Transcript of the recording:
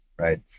right